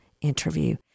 interview